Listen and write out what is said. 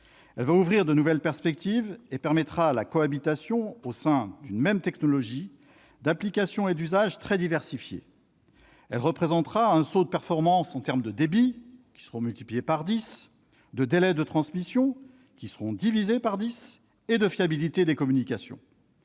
Elle va ouvrir de nouvelles perspectives et permettra la cohabitation, au sein d'une même technologie, d'applications et d'usages très diversifiés. Elle représentera un saut de performance en termes de débit, lequel sera multiplié par dix, de délais de transmission, lesquels seront divisés par dix, et de fiabilité des communications.